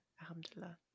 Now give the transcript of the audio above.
alhamdulillah